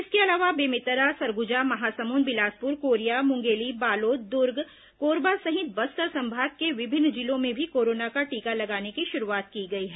इसके अलावा बेमेतरा सरगुजा महासमुंद बिलासपुर कोरिया मुंगेली बालोद दुर्ग कोरबा सहित बस्तर संभाग के विभिन्न जिलों में भी कोरोना का टीका लगाने की शुरूआत की गई है